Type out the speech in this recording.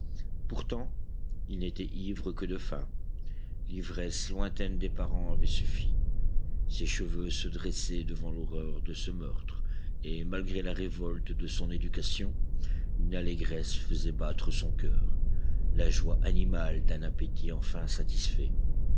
pourtant il n'était ivre que de faim l'ivresse lointaine des parents avait suffi ses cheveux se dressaient devant l'horreur de ce meurtre et malgré la révolte de son éducation une allégresse faisait battre son coeur la joie animale d'un appétit enfin satisfait